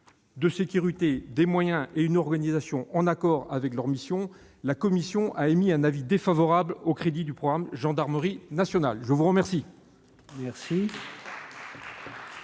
de sécurité, des moyens et une organisation en accord avec leur mission, la commission a émis un avis défavorable à l'adoption des crédits du programme « Gendarmerie nationale ». La parole